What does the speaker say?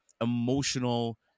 emotional